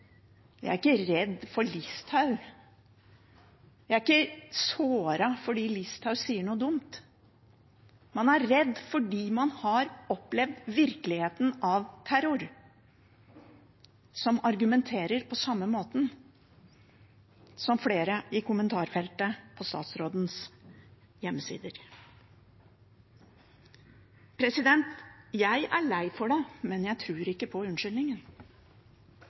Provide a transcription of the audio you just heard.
Jeg er ikke redd for Listhaug, jeg er ikke såret fordi Listhaug sier noe dumt. Man er redd fordi man har opplevd virkeligheten av terror, som argumenterer på samme måten som flere i kommentarfeltet på statsrådens hjemmesider. Jeg er lei for det, men jeg tror ikke på unnskyldningen.